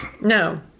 No